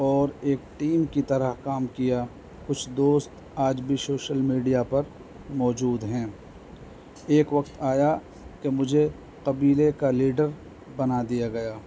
اور ایک ٹیم کی طرح کام کیا کچھ دوست آج بھی شوشل میڈیا پر موجود ہیں ایک وقت آیا کہ مجھے قبیلے کا لیڈر بنا دیا گیا